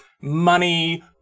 money